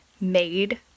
made